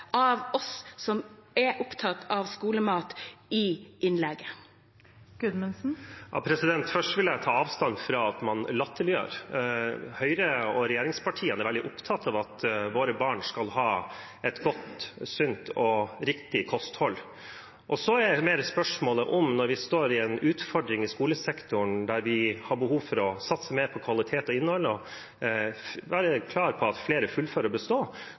av oss som er opptatt av skolemat, i innlegget? Først vil jeg ta avstand fra at man latterliggjør. Høyre og regjeringspartiene er veldig opptatt av at våre barn skal ha et godt, sunt og riktig kosthold. Så er spørsmålet, når vi står overfor en utfordring i skolesektoren der vi har behov for å satse mer på kvalitet og innhold, og der jeg er klar på at flere skal fullføre og bestå: